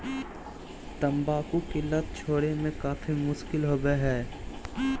तंबाकू की लत छोड़े में काफी मुश्किल होबो हइ